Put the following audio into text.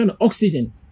oxygen